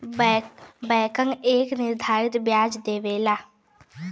बैंकन एक निर्धारित बियाज लेला